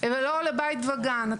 ולא לבית וגן.